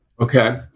Okay